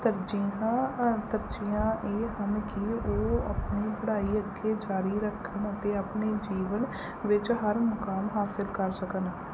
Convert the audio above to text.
ਤਰਜੀਹਾਂ ਤਰਜੀਹਾਂ ਇਹ ਹਨ ਕਿ ਉਹ ਆਪਣੀ ਪੜ੍ਹਾਈ ਅੱਗੇ ਜਾਰੀ ਰੱਖਣ ਅਤੇ ਆਪਣੇ ਜੀਵਨ ਵਿੱਚ ਹਰ ਮੁਕਾਮ ਹਾਸਿਲ ਕਰ ਸਕਣ